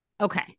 Okay